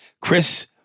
Chris